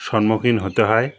সম্মুখীন হতে হয়